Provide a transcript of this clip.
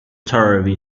turvy